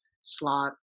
slot